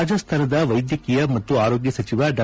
ರಾಜಿಸ್ಠಾನದ ವೈದ್ಯಕೀಯ ಮತ್ತು ಆರೋಗ್ಯ ಸಚಿವ ಡಾ